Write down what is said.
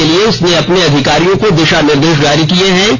इसके लिए उसने अपने अधिकारियों को दिशा निर्देश जारी किए हैं